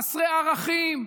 חסרי ערכים,